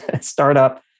startup